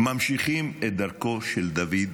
ממשיכים את דרכו של דוד לוי.